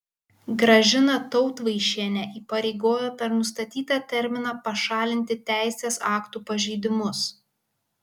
gražiną tautvaišienę įpareigojo per nustatytą terminą pašalinti teisės aktų pažeidimus